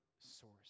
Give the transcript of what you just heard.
source